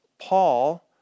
Paul